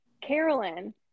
Carolyn